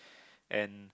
and